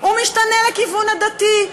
הוא משתנה לכיוון הדתי.